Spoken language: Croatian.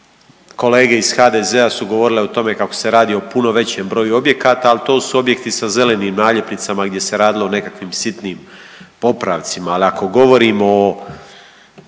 kolege iz HDZ-a su govorile o tome kako se radi o puno većem broju objekata, ali to su objekti sa zelenim naljepnicama gdje se radilo o nekakvim sitnim popravcima.